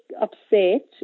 upset